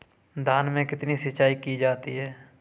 धान में कितनी सिंचाई की जाती है?